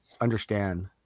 understand